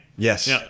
Yes